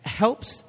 helps